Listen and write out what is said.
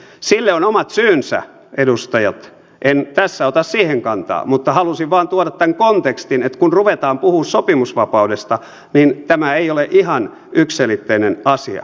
sille on omat syynsä edustajat en tässä ota siihen kantaa mutta halusin vain tuoda tämän kontekstin että kun ruvetaan puhumaan sopimusvapaudesta niin tämä ei ole ihan yksiselitteinen asia